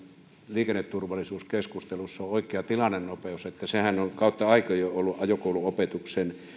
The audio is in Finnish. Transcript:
liikenneturvallisuuskeskusteluissa on oikea tilannenopeus sehän on kautta aikojen jo ollut ajokouluopetuksen